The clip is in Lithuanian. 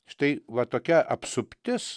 štai va tokia apsuptis